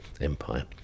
empire